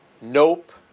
Nope